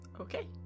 Okay